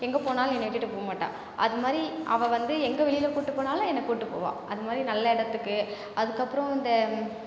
எங்கே போனாலும் என்னை விட்டுட்டு போகமாட்டா அது மாதிரி அவள் வந்து எங்கே வெளியில கூட்டு போனாலும் என்ன கூட்டு போவாள் அது மாதிரி நல்ல இடத்துக்கு அதுக்கப்புறம் இந்த